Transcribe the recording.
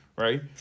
right